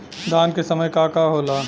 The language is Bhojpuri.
धान के समय का का होला?